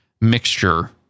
mixture